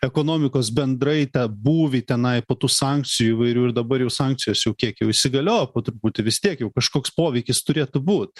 ekonomikos bendrai tą būvį tenai po tų sankcijų įvairių ir dabar jau sankcijos jau kiek jau įsigalio po truputį vis tiek jau kažkoks poveikis turėtų būt